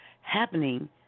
happening